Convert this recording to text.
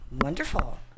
wonderful